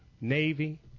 Navy